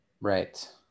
Right